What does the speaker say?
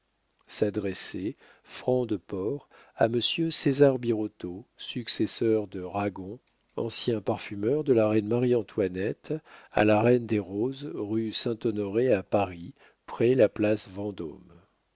s'adresser franc de port à monsieur césar birotteau successeur de ragon ancien parfumeur de la reine marie-antoinette à la reine des roses rue saint-honoré à paris près la place vendôme